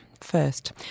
first